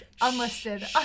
unlisted